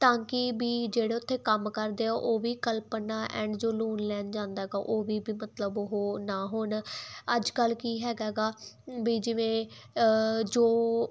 ਤਾਂ ਕਿ ਵੀ ਜਿਹੜੇ ਉਥੇ ਕੰਮ ਕਰਦੇ ਆ ਉਹ ਵੀ ਕਲਪਨਾ ਐਂਡ ਜੋ ਲੋਨ ਲੈਣ ਜਾਂਦਾ ਉਹ ਵੀ ਮਤਲਬ ਉਹ ਨਾ ਹੋਣ ਅੱਜ ਕੱਲ ਕੀ ਹੈਗਾ ਵੀ ਜਿਵੇਂ ਜੋ